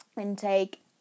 intake